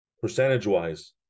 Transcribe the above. percentage-wise